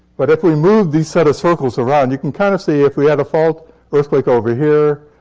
but if we move this set of circles around you can kind of see, if we have a fault earthquake over here,